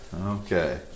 Okay